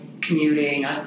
commuting